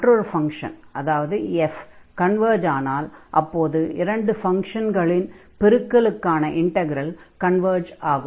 மற்றொரு ஃபங்ஷன் அதாவது f converge ஆனால் அப்போது இரண்டு ஃபங்ஷன்களின் பெருக்கலுக்கான இண்டக்ரல் கன்வர்ஜ் ஆகும்